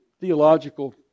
theological